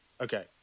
okay